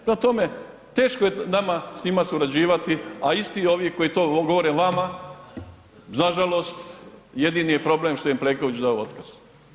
Prema tome, teško je nama s njima surađivati, a isti ovi koji to govore vama nažalost, jednini je problem što im Plenković dao otkaz.